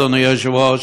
אדוני היושב-ראש,